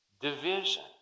division